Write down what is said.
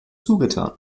zugetan